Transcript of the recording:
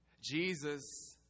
Jesus